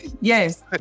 Yes